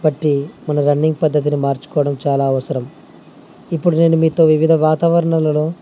బట్టి మన రన్నింగ్ పద్ధతిని మార్చుకోవడం చాలా అవసరం ఇప్పుడు నేను మీతో వివిధ వాతావరణాలలో